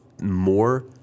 more